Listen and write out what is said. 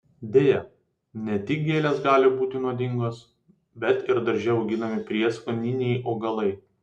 deja ne tik gėlės gali būti nuodingos bet ir darže auginami prieskoniniai augalai